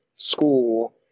School